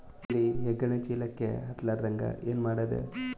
ಇಲಿ ಹೆಗ್ಗಣ ಚೀಲಕ್ಕ ಹತ್ತ ಲಾರದಂಗ ಏನ ಮಾಡದ?